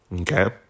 okay